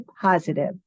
positive